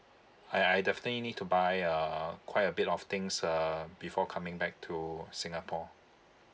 I I definitely need to buy uh quite a bit of things uh before coming back to singapore